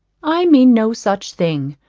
i mean no such thing.